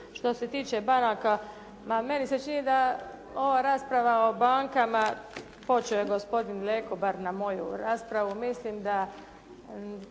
Što se tiče banaka meni se čini da ova rasprava o bankama, počeo je gospodin Leko bar na moju raspravu, mislim da